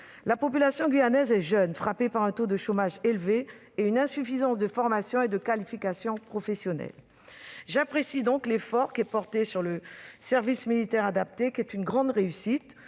La population guyanaise est jeune, frappée par un taux de chômage élevé et une insuffisance de formation et de qualification professionnelle. J'apprécie donc l'effort porté sur le service militaire adapté, qui est une grande réussite.